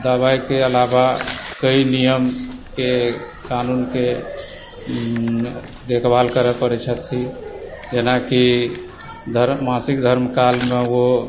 दबाइके आलावा कई नियमके कानूनकेँ देखभाल करय पड़य छथि जेनाकि मासिक धर्मकालमे ओ